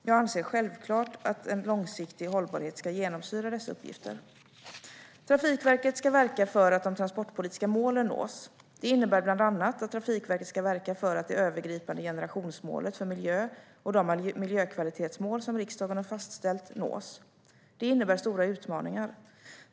Jag anser självklart att en långsiktig hållbarhet ska genomsyra dessa uppgifter. Trafikverket ska verka för att de transportpolitiska målen nås. Det innebär bland annat att Trafikverket ska verka för att det övergripande generationsmålet för miljö och de miljökvalitetsmål som riksdagen har fastställt nås. Det innebär stora utmaningar.